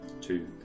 Two